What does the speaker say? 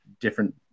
different